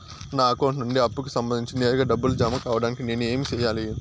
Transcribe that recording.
నా అకౌంట్ నుండి అప్పుకి సంబంధించి నేరుగా డబ్బులు జామ కావడానికి నేను ఏమి సెయ్యాలి?